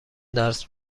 درس